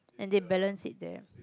and they balance it there